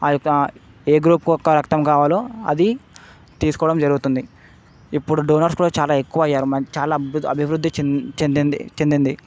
ఆ యొక్క ఏ గ్రూప్ యొక్క రక్తం కావాలో అది తీసుకోవడం జరుగుతుంది ఇప్పుడు డోనర్స్ కూడా చాలా ఎక్కువ అయ్యారు చాలా అభివృద్ధి చెంది చెందింది చెందింది